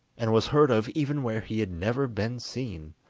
and was heard of even where he had never been seen.